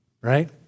right